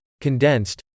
condensed